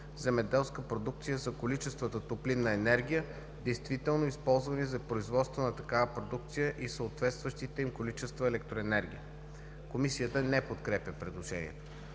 земеделска продукция за количествата топлинна енергия, действително използвани за производство на такава продукция и съответстващите им количества електроенергия.“ Комисията не подкрепя предложението.